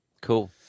Cool